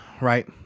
right